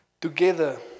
Together